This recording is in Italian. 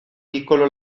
piccolo